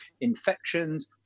infections